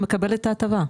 ומקבל את ההטבה,